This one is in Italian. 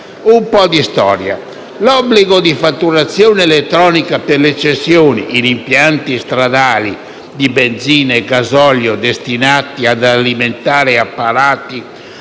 Un po' di storia. L'obbligo di fatturazione elettronica per le cessioni in impianti stradali di benzina e gasolio destinati ad alimentare apparati